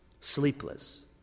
sleepless